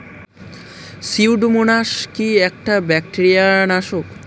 Pseudomonas কি একটা bacteria নাশক?